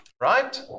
Right